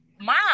mom